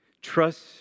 Trust